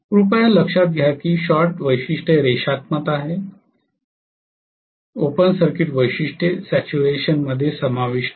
कृपया लक्षात घ्या की शॉर्ट वैशिष्ट्य रेषात्मक आहे ओपन सर्किट वैशिष्ट्ये सॅच्युरेशनमध्ये समाविष्ट आहेत